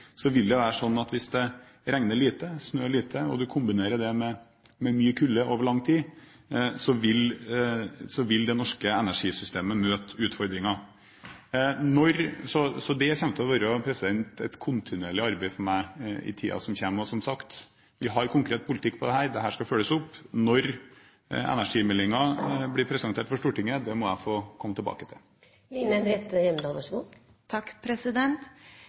Så er det heller ikke til å komme utenom at i et land som er vannskraftbasert, som vårt eget – og i nesten alle tilfeller er det et stort pre – som gir oss rikelig og rimelig tilgang på miljøvennlig energi, vil det være sånn hvis det regner lite, snør lite, og hvis det kombineres med kulde over lang tid, vil det norske energisystemet møte utfordringer. Så det kommer til å være et kontinuerlig arbeid for meg i tiden som kommer. Og, som sagt, vi har konkret politikk på dette. Dette skal følges opp. Når energimeldingen blir